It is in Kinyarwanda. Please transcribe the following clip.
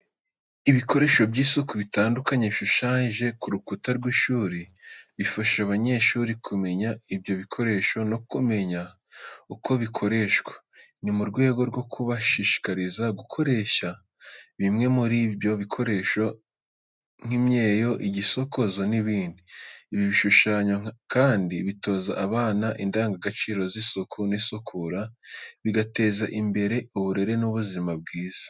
Ibikoresho by’isuku bitandukanye bishushanyije ku rukuta rw’ishuri, bifasha abanyeshuri kumenya ibyo bikoresho no kumenya uko bikoreshwa. Ni mu rwego rwo kubashishikariza gukoresha bimwe muri ibyo bikoresho nk’imyeyo, igisokozo n’ibindi. Ibi bishushanyo kandi bitoza abana indangagaciro z’isuku n’isukura, bigateza imbere uburere n’ubuzima bwiza.